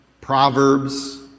Proverbs